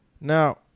now